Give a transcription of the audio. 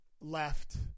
left